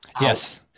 Yes